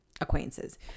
acquaintances